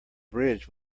bridge